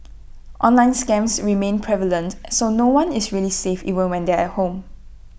online scams remain prevalent so no one is really safe even when they're at home